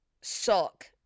sock